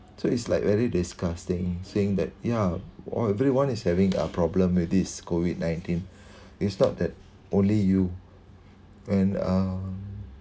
so it's like very disgusting saying that ya all everyone is having a problem with this COVID nineteen it's not that only you and uh